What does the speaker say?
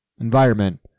environment